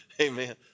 Amen